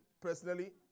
Personally